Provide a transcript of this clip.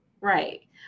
Right